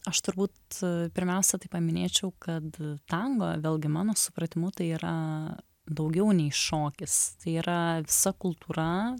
aš turbūt pirmiausia tai paminėčiau kad tango vėlgi mano supratimu tai yra daugiau nei šokis tai yra visa kultūra